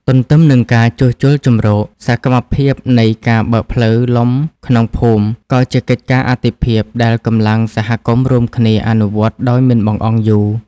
ទន្ទឹមនឹងការជួសជុលជម្រក សកម្មភាពនៃការបើកផ្លូវលំក្នុងភូមិ ក៏ជាកិច្ចការអាទិភាពដែលកម្លាំងសហគមន៍រួមគ្នាអនុវត្តដោយមិនបង្អង់យូរ។